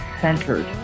centered